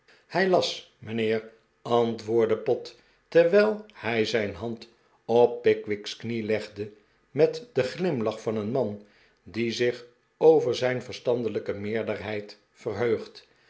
hij las mijnheer antwoordde pott terwijl hij zijn hand op pickwick's knie legde met den glimlach van een man die zich over zijn verstandelijke meerderheid verheugt